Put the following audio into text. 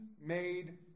made